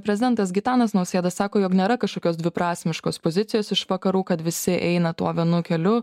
prezidentas gitanas nausėda sako jog nėra kažkokios dviprasmiškos pozicijos iš vakarų kad visi eina tuo vienu keliu